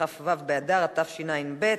כ"ו באדר התשע"ב,